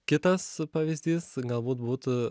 kitas pavyzdys galbūt būtų